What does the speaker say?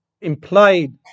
Implied